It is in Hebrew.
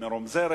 מרומזר,